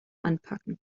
anpacken